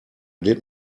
did